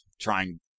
trying